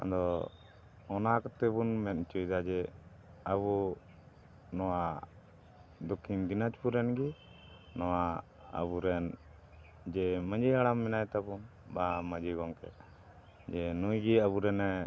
ᱟᱫᱚ ᱚᱱᱟ ᱠᱟᱛᱮ ᱵᱚᱱ ᱢᱮᱱ ᱦᱚᱪᱚᱭᱮᱫᱟ ᱡᱮ ᱟᱵᱚ ᱱᱚᱣᱟ ᱫᱚᱠᱠᱷᱤᱱ ᱫᱤᱱᱟᱡᱽᱯᱩᱨ ᱨᱮᱱ ᱜᱮ ᱱᱚᱣᱟ ᱟᱵᱚᱨᱮᱱ ᱡᱮ ᱢᱟᱺᱡᱷᱤ ᱦᱟᱲᱟᱢ ᱢᱮᱱᱟᱭ ᱛᱟᱵᱚᱱ ᱵᱟ ᱢᱟᱺᱡᱷᱤ ᱜᱚᱢᱠᱮ ᱡᱮ ᱱᱩᱭᱜᱮ ᱟᱵᱚ ᱨᱮᱱᱮ